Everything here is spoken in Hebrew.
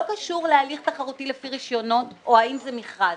קשור להליך תחרותי לפי רישיונות או האם זה מכרז.